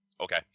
okay